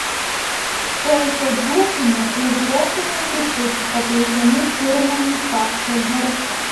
solfedžiuokime ir grokime truputį pabrėždami pirmąjį takto garsą